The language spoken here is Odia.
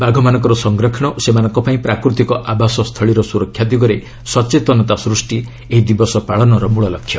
ବାଘମାନଙ୍କର ସଂରକ୍ଷଣ ଓ ସେମାନଙ୍କ ପାଇଁ ପ୍ରାକୃତିକ ଆବାସସ୍ଥଳୀର ସ୍ୱରକ୍ଷା ଦିଗରେ ସଚେତନତା ସୃଷ୍ଟି ଏହି ଦିବସ ପାଳନର ମଳଲକ୍ଷ୍ୟ